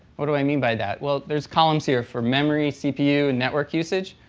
what do i mean by that? well there's columns here for memory, cpu, and network usage.